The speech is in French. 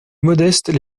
modestes